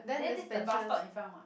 then this the bus stop in front what